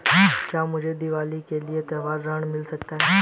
क्या मुझे दीवाली के लिए त्यौहारी ऋण मिल सकता है?